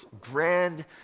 grand